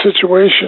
situation